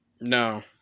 No